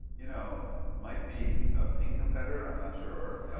you know might be a pink competitor, i'm not sure.